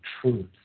truth